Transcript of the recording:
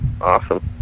Awesome